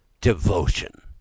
Devotion